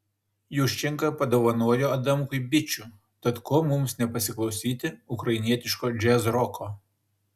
juščenka padovanojo adamkui bičių tad ko mums nepasiklausyti ukrainietiško džiazroko